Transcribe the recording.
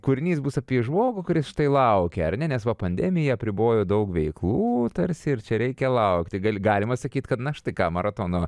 kūrinys bus apie žmogų kuris štai laukia ar ne nes va pandemija apribojo daug veiklų tarsi ir čia reikia laukti gali galima sakyti kad na štai ką maratono